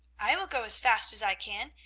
i will go as fast as i can,